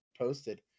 posted